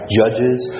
judges